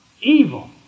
evil